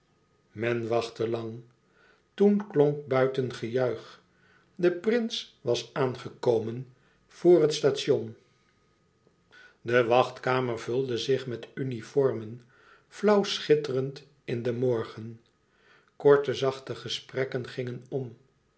men wachtte lang toen klonk buiten een dof gejuich de prins was aangekomen vor het station de wachtkamer vulde zich met uniformen flauw schitterend in den morgen korte zachte gesprekken gingen om